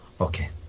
Okay